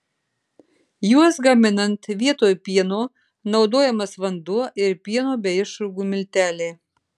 juos gaminant vietoj pieno naudojamas vanduo ir pieno bei išrūgų milteliai